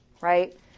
right